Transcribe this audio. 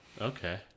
Okay